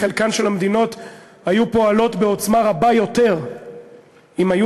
חלקן של המדינות היה פועל בעוצמה רבה יותר אם היו